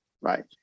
Right